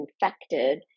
infected